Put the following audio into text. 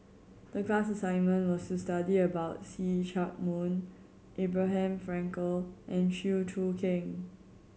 the class assignment was to study about See Chak Mun Abraham Frankel and Chew Choo Keng